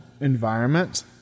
environment